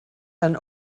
and